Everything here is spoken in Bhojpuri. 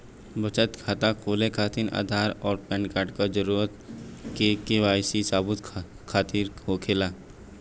बचत खाता खोले खातिर आधार और पैनकार्ड क जरूरत के वाइ सी सबूत खातिर होवेला